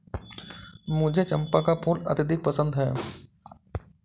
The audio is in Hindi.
मुझे चंपा का फूल अत्यधिक पसंद है